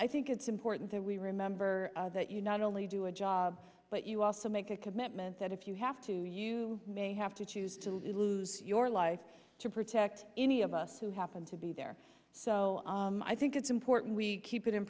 i think it's important that we remember that you not only do a job but you also make a commitment that if you have to you may have to choose to lose your life to protect any of us who happen to be there so i think it's important we keep it in